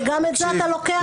שגם את זה אתה לוקח להם.